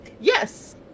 Yes